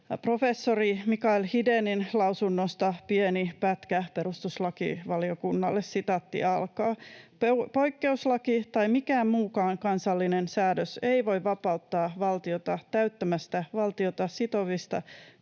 Professori Mikael Hidénin lausunnosta perustuslakivaliokunnalle pieni pätkä: ”Poikkeuslaki tai mikään muukaan kansallinen säädös ei voi vapauttaa valtiota täyttämästä valtiota sitovista